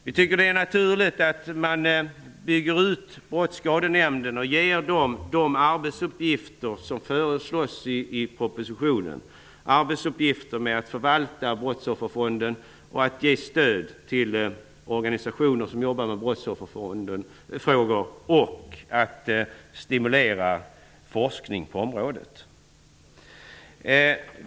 Vi tycker att det är naturligt att man bygger ut Brottsskadenämnden och ger den de arbetsuppgifter som föreslås i propositionen, att förvalta brottsofferfonden, ge stöd till organisationer som jobbar med brottsofferfrågor och stimulera forskning på området.